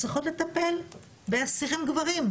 צריכות לטפל באסירים גברים,